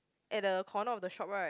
at the corner of the shop right